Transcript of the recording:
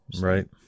right